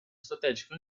strategico